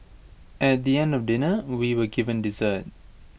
at the end of dinner we were given dessert